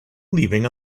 leaving